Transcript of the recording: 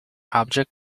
object